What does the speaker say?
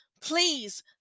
please